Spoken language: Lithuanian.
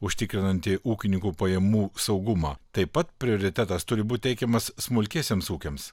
užtikrinanti ūkininkų pajamų saugumą taip pat prioritetas turi būti teikiamas smulkiesiems ūkiams